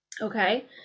Okay